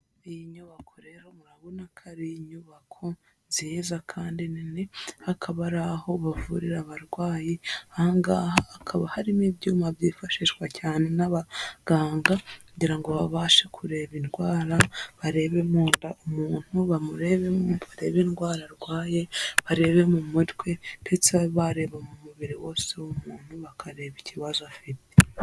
Iyi nyubako rero murabona ko ari inyubako nziza kandi nini, hakaba ari aho bavurira abarwayi, aha ngaha hakaba harimo ibyuma byifashishwa cyane n'abaganga kugira ngo babashe kureba indwara, barebe mu nda umuntu bamuremo barebe indwara arwaye, barebe mu mutwe ndetse babe bareba mu mubiri wose w'umuntu bakareba ikibazo afite.